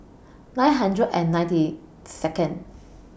nine hundred and ninety Second